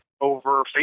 over